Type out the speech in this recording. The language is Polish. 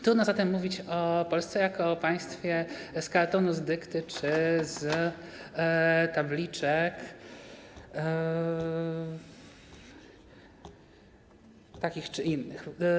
Trudno zatem mówić o Polsce jako o państwie z kartonu, z dykty czy z tabliczek takich czy innych.